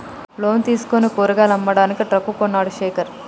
loan తీసుకుని కూరగాయలు అమ్మడానికి ట్రక్ కొన్నడు శేఖర్